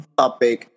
topic